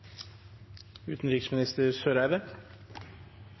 utenriksminister